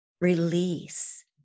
release